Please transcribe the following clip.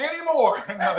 anymore